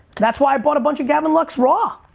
that's why i bought a bunch of gavin lux raw.